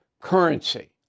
currency